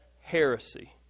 heresy